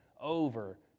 over